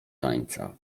tańca